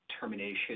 termination